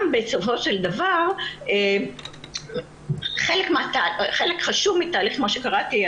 בסופו של דבר חלק חשוב מהתהליך כמו שקראתי,